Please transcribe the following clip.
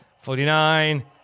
forty-nine